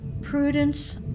prudence